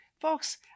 folks